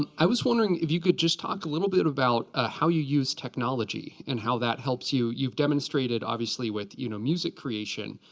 um i was wondering if you could just talk a little bit about ah how you use technology and how that helps you. you've demonstrated, obviously, with you know music creation.